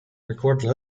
recorded